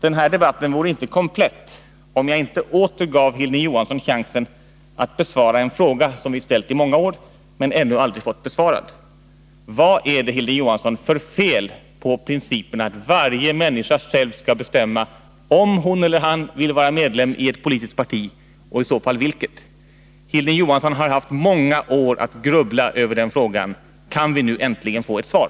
Den här debatten vore inte komplett, om jag inte åter gav Hilding Johansson chansen att besvara en fråga som vi ställt i många år men ännu aldrig fått besvarad: Vad är det, Hilding Johansson, för fel på principen att varje människa själv skall bestämma om hon eller han vill vara medlem i ett politiskt parti och i så fall vilket? Hilding Johansson har haft många år att grubbla över den frågan. Kan vi nu äntligen få ett svar?